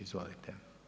Izvolite.